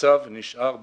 המצב נשאר בעינו.